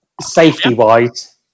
safety-wise